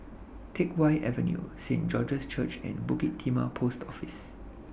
Teck Whye Avenue Saint George's Church and Bukit Timah Post Office